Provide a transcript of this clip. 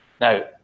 Now